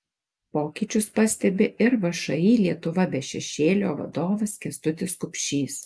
pokyčius pastebi ir všį lietuva be šešėlio vadovas kęstutis kupšys